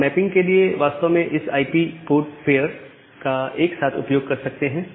आप मैपिंग के लिए वास्तव में इस आईपी पोर्ट पेयर का एक साथ उपयोग कर सकते हैं